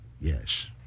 Yes